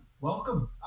Welcome